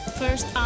first